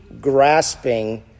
grasping